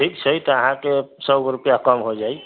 ठीक छै तऽ अहाँके सएगो रुपैआ कम हो जायत